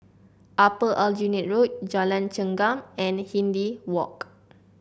Upper Aljunied Road Jalan Chengam and Hindhede Walk